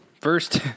First